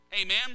Amen